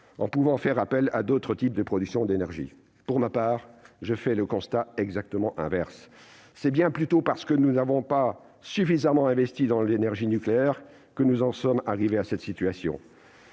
en pouvant faire appel à d'autres types de production d'énergie. » Pour ma part, je fais le constat exactement inverse : c'est bien plutôt parce que nous n'avons pas suffisamment investi dans l'énergie nucléaire que nous en sommes arrivés à cette situation.